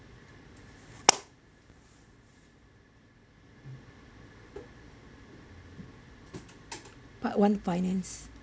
part one finance